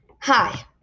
Hi